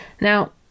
Now